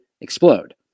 explode